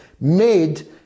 made